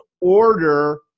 order